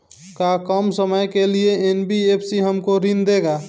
का कम समय के लिए एन.बी.एफ.सी हमको ऋण देगा?